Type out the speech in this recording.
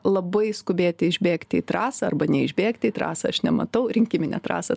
labai skubėti išbėgti į trasą arba neišbėgti į trasą aš nematau rinkiminę trasą